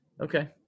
okay